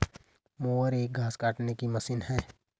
mower एक घास काटने की मशीन है